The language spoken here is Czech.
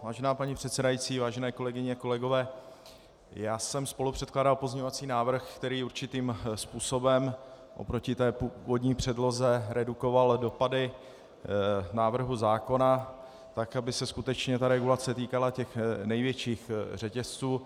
Vážená paní předsedající, vážené kolegyně, kolegové, já jsem spolupředkládal pozměňovací návrh, který určitým způsobem oproti původní předloze redukoval dopady návrhu zákona tak, aby se skutečně regulace týkala těch největších řetězců.